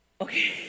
okay